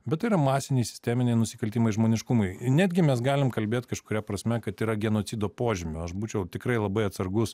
bet tai yra masiniai sisteminiai nusikaltimai žmoniškumui netgi mes galim kalbėt kažkuria prasme kad yra genocido požymių aš būčiau tikrai labai atsargus